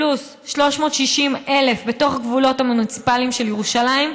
פלוס 360,000 בתוך הגבולות המוניציפליים של ירושלים,